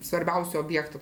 svarbiausių objektų